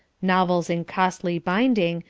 novels in costly binding,